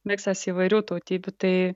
miksas įvairių tautybių tai